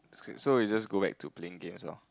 so we just go back to playing games loh